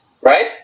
right